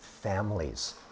families